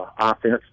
offense